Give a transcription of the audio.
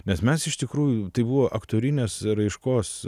nes mes iš tikrųjų tai buvo aktorinės raiškos